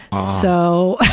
so